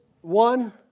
one